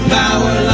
power